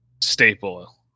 staple